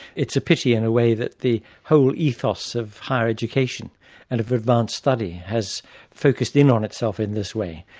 it's a pity in a way that the whole ethos of higher education and of advanced study has focused in on itself in this way,